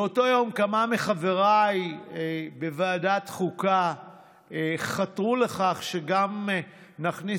באותו יום כמה מחבריי בוועדת חוקה חתרו לכך שנכניס